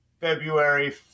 February